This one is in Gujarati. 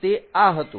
તે આ હતું